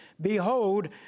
Behold